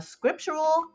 Scriptural